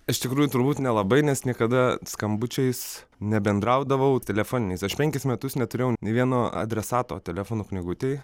iš tikrųjų turbūt nelabai nes niekada skambučiais nebendraudavau telefoniniais aš penkis metus neturėjau nė vieno adresato telefonų knygutėj